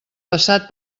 passat